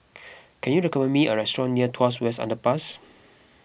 can you recommend me a restaurant near Tuas West Underpass